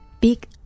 big